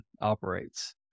operates